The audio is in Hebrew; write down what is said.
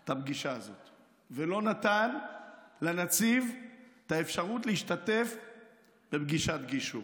את הפגישה הזאת ולא נתן לנציב את האפשרות להשתתף בפגישת גישור.